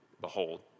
Behold